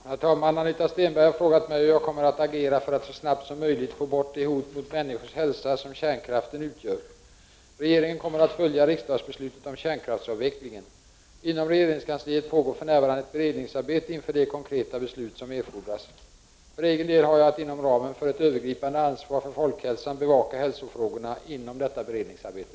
Herr talman! Anita Stenberg har frågat mig hur jag kommer att agera för att så snart som möjligt få bort det hot mot människors hälsa som kärnkraften utgör. Regeringen kommer att följa riksdagsbeslutet om kärnkraftsavvecklingen. Inom regeringskansliet pågår för närvarande ett beredningsarbete inför de konkreta beslut som erfordras. För egen del har jag att inom ramen för ett övergripande ansvar för folkhälsan bevaka hälsofrågorna inom detta beredningsarbete.